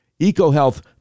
EcoHealth